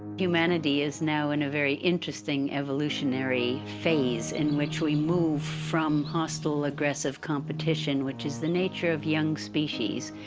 humanity is now in a very interesting evolutionary phase, in which we move from hostile, aggressive competition, which is in the nature of young species,